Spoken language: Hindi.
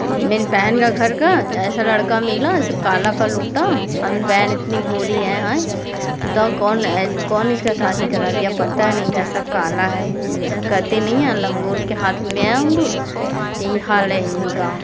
मेरी बहन का घर का ऐसा लड़का मिला जैसे काला कलूटा और मेरी बहन इतनी गोरी हैं हाँ बताओ कौन कौन इसका शादी करा दिया पता नहीं कैसा काला है यहाँ कहते नहीं हैं लंगूर के हाथ में अंगूर तो यही हाल है इन इनका